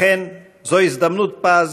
לכן, זו הזדמנות פז